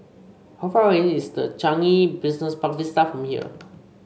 how far away is the Changi Business Park Vista from here